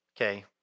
okay